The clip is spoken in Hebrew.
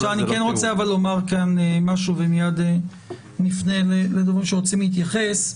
רוצה לומר פה משהו ומיד נפנה לדוברים שרוצים להתייחס: